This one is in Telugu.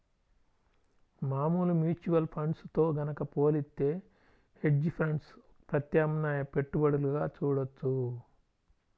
మామూలు మ్యూచువల్ ఫండ్స్ తో గనక పోలిత్తే హెడ్జ్ ఫండ్స్ ప్రత్యామ్నాయ పెట్టుబడులుగా చూడొచ్చు